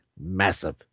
massive